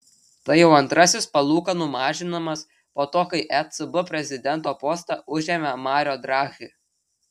tai jau antrasis palūkanų mažinimas po to kai ecb prezidento postą užėmė mario draghi